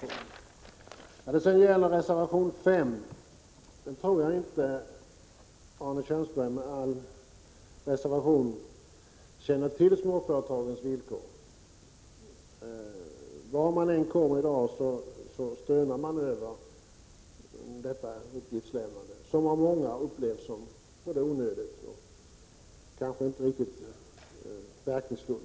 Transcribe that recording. Vad sedan gäller reservation 5 tror jag, med all respekt, inte att Arne Kjörnsberg känner till de villkor som småföretagen lever under. Vart man än kommer i dag stönas det över detta uppgiftslämnande, som av många upplevs som onödigt och kanske inte så meningsfullt.